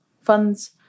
funds